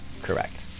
Correct